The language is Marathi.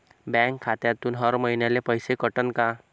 बँक खात्यातून हर महिन्याले पैसे कटन का?